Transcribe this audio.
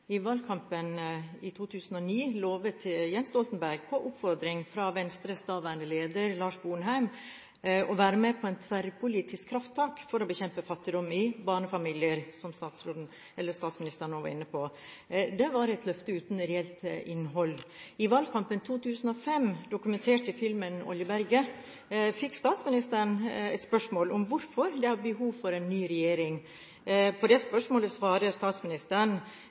i de to siste valgkampene. I valgkampen i 2009 lovet Jens Stoltenberg på oppfordring fra Venstres daværende leder Lars Sponheim å være med på et tverrpolitisk krafttak for å bekjempe fattigdom i barnefamilier, som statsministeren nå var inne på. Det var et løfte uten reelt innhold. I valgkampen i 2005, dokumentert i filmen Oljeberget, fikk statsministeren spørsmål om hvorfor det er behov for en ny regjering. På det spørsmålet svarte statsministeren